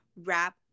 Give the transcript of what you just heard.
wrap